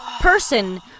person